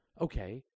Okay